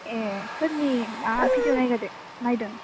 एह सोरनि माबा भिडिअ नायगारदो नायदों